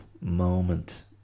moment